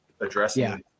addressing